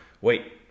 wait